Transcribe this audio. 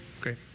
great